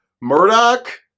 Murdoch